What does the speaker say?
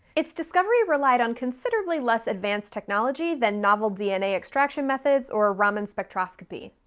its discovery relied on considerably less advanced technology that novel dna extraction methods or raman spectroscopy.